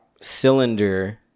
cylinder